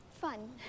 fun